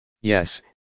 Yes